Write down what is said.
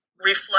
reflect